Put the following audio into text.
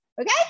okay